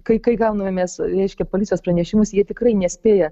kai kai gauname mes reiškia policijos pranešimus jie tikrai nespėja